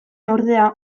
ordea